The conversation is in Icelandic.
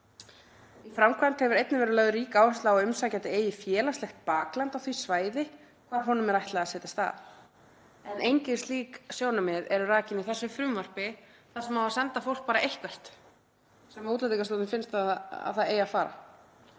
Í framkvæmd hefur einnig verið lögð rík áhersla á að umsækjandi eigi félagslegt bakland á því svæði hvar honum er ætlað að setjast að.“ Engin slík sjónarmið eru rakin í frumvarpinu þar sem það á að senda fólk bara eitthvert, þangað sem Útlendingastofnun finnst að það eigi að fara.